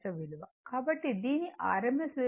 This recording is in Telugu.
కాబట్టి దీని rms విలువ Vm √2